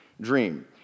dream